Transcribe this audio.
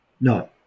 No